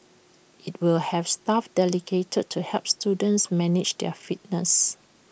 IT will have staff dedicated to help students manage their fitness